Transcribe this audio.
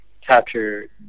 capture